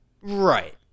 Right